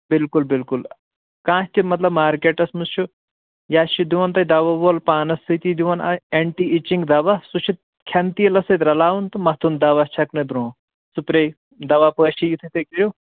بِلکُل بِلکُل کانٛہہ تہِ مطلب مارکیٚٹس منٛز چھُ یا چھُ دِوان تۄہہِ دوا وول پانس سۭتی دِوان اکھ ایٚنٹی اِچِنگ دوا سُہ چھُ کھیٚنہٕ تیٖلس سۭتۍ رَلاوُن تہٕ متھُن دوا چھکنہٕ برٛوٗنٛہہ سُپرے دوا پأشی یُتھُے تُہۍ کٔرِو